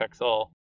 pixel